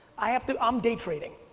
i have to, i'm day trading,